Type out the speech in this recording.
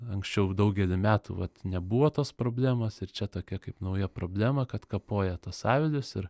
anksčiau daugelį metų vat nebuvo tos problemos ir čia tokia kaip nauja problema kad kapoja tuos avilius ir